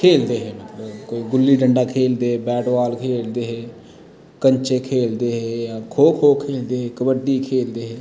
खेलदे हे कोई गुल्ली डंडा खेलदे हे बैट बॉल खेलदे हे कंचे खेलदे हे खो खो खेलदे हे कबडी खेलदे हे